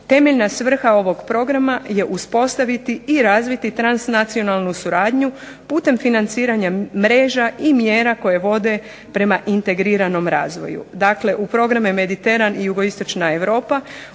Temeljna svrha ovog programa je uspostaviti i razviti transnacionalnu suradnju putem financiranja mreža i mjera koje vode prema integriranom razvoju. Dakle, u programe "Mediteran" i "Jugoistočna Europa"